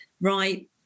right